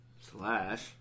Slash